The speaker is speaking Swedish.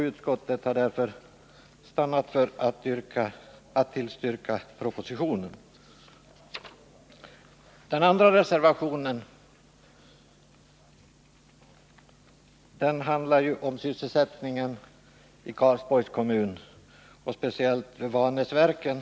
Utskottet har därför stannat för att tillstyrka propositionen. Den andra reservationen handlar om sysselsättningen i Karlsborgs kommun och speciellt vid Vanäsverken.